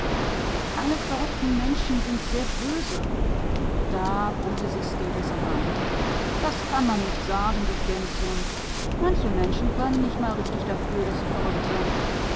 alle verrückten menschen sind sehr böse da brummte sie stefenson an das kann man nicht sagen du gänschen manche menschen können nicht mal richtig dafür daß sie verrückt sind